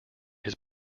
his